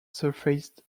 surfaced